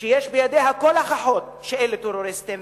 שיש בידיה כל ההוכחות שאלה טרוריסטים,